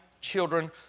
children